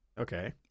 Okay